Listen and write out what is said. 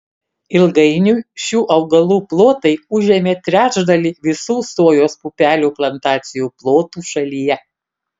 ilgainiui šių augalų plotai užėmė trečdalį visų sojos pupelių plantacijų plotų šalyje